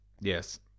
Yes